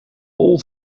all